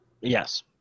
yes